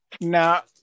Now